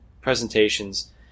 presentations